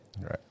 Right